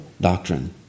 doctrine